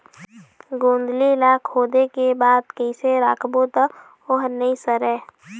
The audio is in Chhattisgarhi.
गोंदली ला खोदे के बाद कइसे राखबो त ओहर नई सरे?